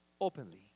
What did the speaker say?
openly